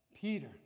Peter